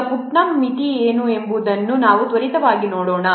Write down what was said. ಈಗ Putnam model ಮಿತಿ ಏನು ಎಂದು ನಾವು ತ್ವರಿತವಾಗಿ ನೋಡೋಣ